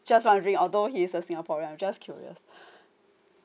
just wondering although he's a singaporean I'm just curious